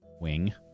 wing